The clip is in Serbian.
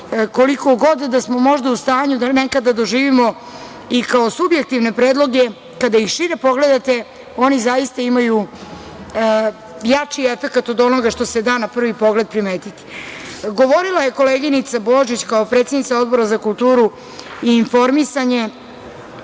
koliko god da smo možda u stanju da nekada doživimo i kao subjektivne predloge, kada ih šire pogledate oni zaista imaju jači efekat od onoga što se da na prvi pogled primetiti. Govorila je koleginica Božić, kao predsednica Odbora za kulturu i informisanje